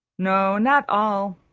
no, not all.